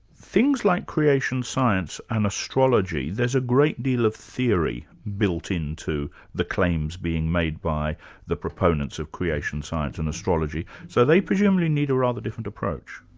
things like creation science and astrology, there's a great deal of theory built into into the claims being made by the proponents of creation science and astrology. so they presumably need a rather different approach?